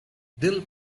dill